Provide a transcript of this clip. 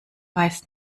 weiß